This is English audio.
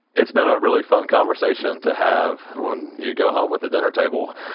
it's been a really fun conversation to have when you go home with a dinner table.